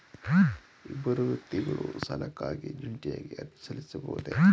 ಇಬ್ಬರು ವ್ಯಕ್ತಿಗಳು ಸಾಲಕ್ಕಾಗಿ ಜಂಟಿಯಾಗಿ ಅರ್ಜಿ ಸಲ್ಲಿಸಬಹುದೇ?